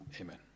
Amen